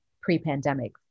pre-pandemic